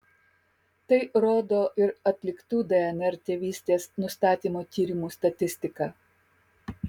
tai rodo ir atliktų dnr tėvystės nustatymo tyrimų statistika